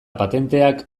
patenteak